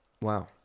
Wow